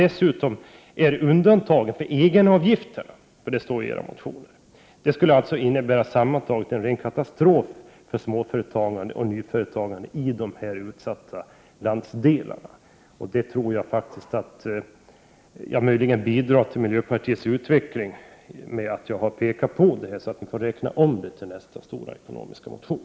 Dessutom undantas egenavgifterna i edra motioner. Sammantaget skulle detta innebära en ren katastrof för småföretagande och nyföretagande i de = Prot. 1988/89:110 här utsatta landsdelarna. Jag bidrar möjligen till miljöpartiets utveckling när 9 maj 1989 jag pekar på detta faktum. Ni får räkna om det hela vid nästa stora Regionalpolitik ekonomiska motion.